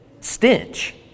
stench